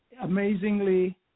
amazingly